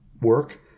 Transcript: work